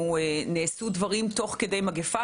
נעשו דברים תוך כדי מגפה,